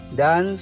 dan